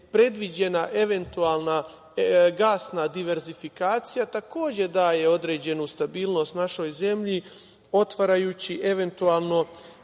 predviđena eventualna gasna diverzifikacija, takođe daje određenu stabilnost našoj zemlji, otvarajući eventualno